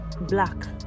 black